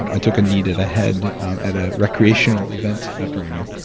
um i took a knee to the head at a recreational event at burning man